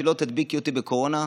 שלא תדביקי אותי בקורונה,